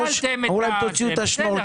אתם אומרים שיש גידול בזכאים.